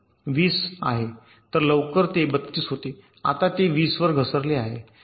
तर लवकर ते 32 होते आता ते 20 वर घसरले आहे